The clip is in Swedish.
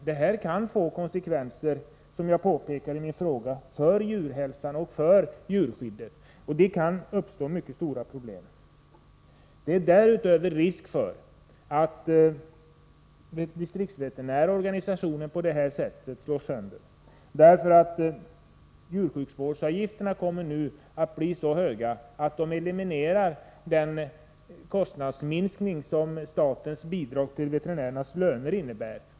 Som jag påpekar i min fråga kan detta få konsekvenser för djurhälsan och för djurskyddet, och mycket stora problem kan komma att uppstå. Det uppstår därutöver risk för att distriktsveterinärorganisationen kommer att slås sönder. Djursjukvårdsavgifterna kommer nu att bli så höga att de förtar verkan av den kostnadsminskning som statsbidragen till veterinärernas löner innebär.